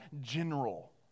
general